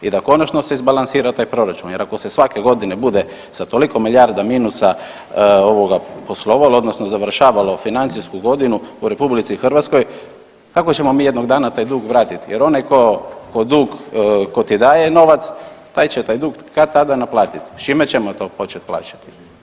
I da konačno se izbalansira taj proračun jer ako se svake godine bude sa toliko milijarda minusa ovoga poslovalo odnosno završavalo financijsku godinu u RH, kako ćemo mi jednog dana taj dug vratit jer onaj ko, ko dug, ko ti daje novac taj će taj dug kad tada naplatit, s čime ćemo to počet plaćati.